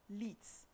leads